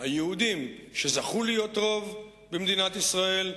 היהודים שזכו להיות רוב במדינת ישראל.